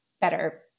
better